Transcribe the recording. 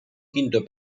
quinto